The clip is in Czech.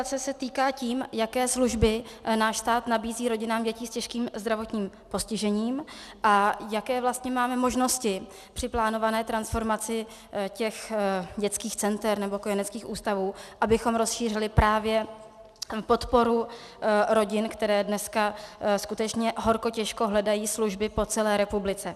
Tato interpelace se týká toho, jaké služby náš stát nabízí rodinám dětí s těžkým zdravotním postižením a jaké vlastně máme možnosti při plánované transformaci dětských center nebo kojeneckých ústavů, abychom rozšířili právě podporu rodin, které dneska skutečně horko těžko hledají služby po celé republice.